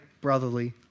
brotherly